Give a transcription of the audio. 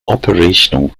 operational